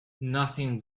nothing